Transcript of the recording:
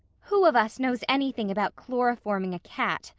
who of us knows anything about chloroforming a cat?